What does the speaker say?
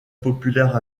populaire